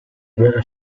guerra